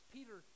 Peter